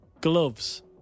Gloves